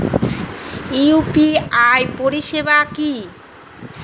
UPI পরিষেবা কি?